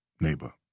neighbor